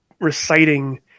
reciting